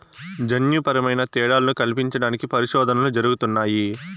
జన్యుపరమైన తేడాలను కల్పించడానికి పరిశోధనలు జరుగుతున్నాయి